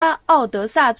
参加